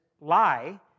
lie